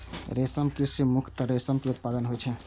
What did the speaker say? रेशम कीट सं मुख्यतः रेशम के उत्पादन होइ छै